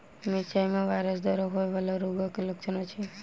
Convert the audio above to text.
मिरचाई मे वायरस द्वारा होइ वला रोगक की लक्षण अछि?